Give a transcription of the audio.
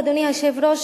אדוני היושב-ראש,